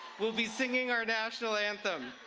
will be singing our national anthem.